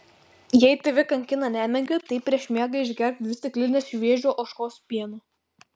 jei tave kankina nemiga tai prieš miegą išgerk dvi stiklines šviežio ožkos pieno